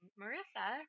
marissa